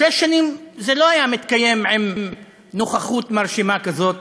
שש שנים, זה לא היה מתקיים עם נוכחות מרשימה כזאת,